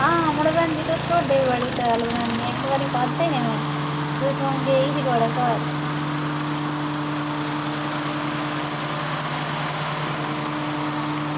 आं मड़ो भैन जी तुस ढोडे बड़ी शैल बनांदियां इक्क बारी खाद्धे में इक्क बारी जदूं गेई ही थुआढ़े घर